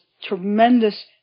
tremendous